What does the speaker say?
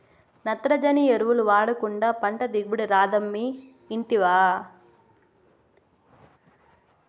నత్రజని ఎరువులు వాడకుండా పంట దిగుబడి రాదమ్మీ ఇంటివా